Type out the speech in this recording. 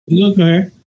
Okay